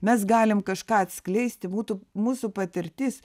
mes galim kažką atskleisti būtų mūsų patirtis